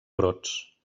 brots